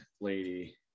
lady